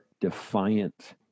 defiant